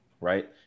right